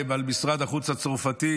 על משרד החוץ הצרפתי,